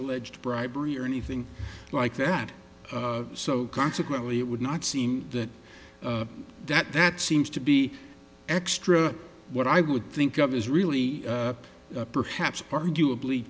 alleged bribery or anything like that so consequently it would not seem that that that seems to be extra what i would think of is really perhaps arguably